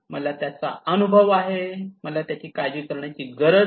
मला त्याचा अनुभव आहे मला त्याचे काळजी करण्याची गरज नाही